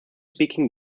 speaking